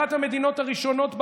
אחת המדינות הראשונות בעולם.